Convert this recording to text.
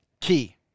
key